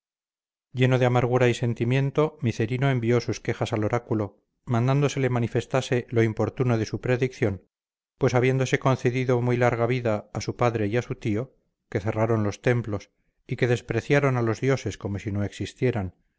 lleno de amargura y sentimiento micerino envió sus quejas al oráculo mandando se le manifestase lo importuno de su predicción pues habiéndose concedido muy larga vida a su padre y a su tío que cerraron los templos y que despreciaron a los dioses como si no existieran